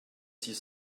six